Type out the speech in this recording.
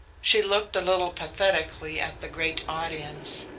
she looked a little pathetically at the great audience,